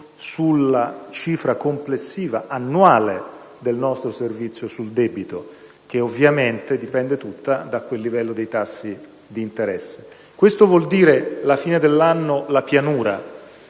sulla cifra complessiva annuale del nostro servizio sul debito, che ovviamente dipende tutta da quel livello dei tassi di interesse. Questo vuol dire avere alla fine dell'anno la pianura.